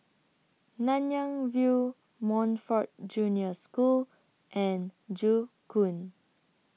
Nanyang View Montfort Junior School and Joo Koon